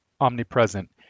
omnipresent